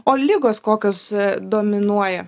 o ligos kokios dominuoja